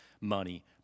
money